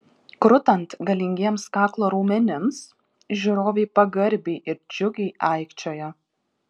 krutant galingiems kaklo raumenims žiūrovai pagarbiai ir džiugiai aikčiojo